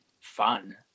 fun